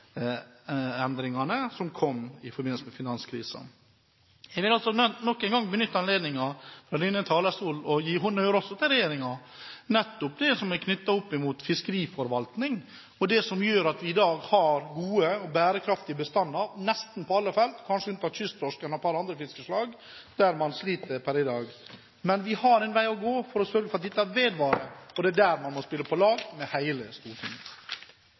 som kom i forbindelse med finanskrisen. Jeg vil nok en gang benytte anledningen fra denne talerstolen til å gi honnør også til regjeringen for nettopp det som er knyttet opp mot fiskeriforvaltning – det som gjør at vi i dag har gode og bærekraftige bestander på nesten alle felt, kanskje unntatt kysttorsken og et par andre fiskeslag, der man sliter i dag. Men vi har en vei å gå for å sørge for at dette vedvarer. Det er der man må spille på lag med hele Stortinget.